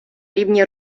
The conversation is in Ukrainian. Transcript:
рівні